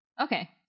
okay